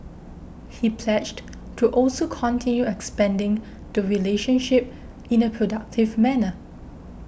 he pledged to also continue expanding the relationship in a productive manner